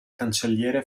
cancelliere